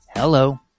Hello